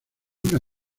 una